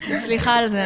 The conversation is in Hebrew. סליחה על זה,